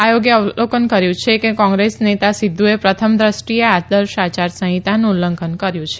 આયોગે અવલોકન કર્યું કે કોંગ્રેસ નેતા સિધ્ધુએ પ્રથમ દૃષ્ટિએ આદર્શ આચાર સંહિતાનું ઉલ્લંખન કર્યું છે